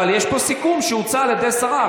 אבל יש פה סיכום שהוצע על ידי השרה.